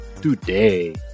today